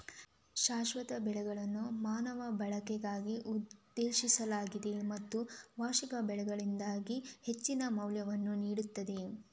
ಶಾಶ್ವತ ಬೆಳೆಗಳನ್ನು ಮಾನವ ಬಳಕೆಗಾಗಿ ಉದ್ದೇಶಿಸಲಾಗಿದೆ ಮತ್ತು ವಾರ್ಷಿಕ ಬೆಳೆಗಳಿಗಿಂತ ಹೆಚ್ಚಿನ ಮೌಲ್ಯವನ್ನು ನೀಡುತ್ತದೆ